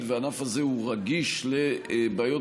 ממש בשבועות